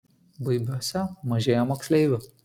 baibiuose mažėja moksleivių